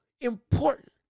important